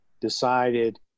decided